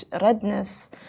redness